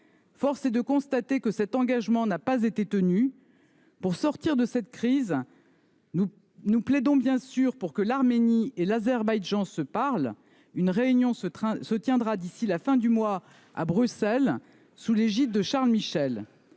Force est de constater que cet engagement n’a pas été tenu. Afin de sortir de cette crise, nous plaidons bien sûr pour que l’Arménie et l’Azerbaïdjan se parlent. Une réunion se tiendra d’ici à la fin du mois à Bruxelles, sous l’égide de Charles Michel.